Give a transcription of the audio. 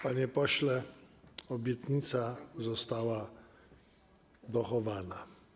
Panie pośle, obietnica została dochowana.